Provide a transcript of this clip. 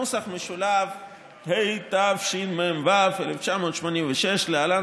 התשמ"ו 1986 (להלן,